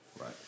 Right